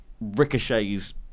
ricochets